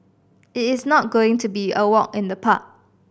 it is not going to be a walk in the park